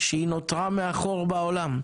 שהיא נותרה מאחור בעולם.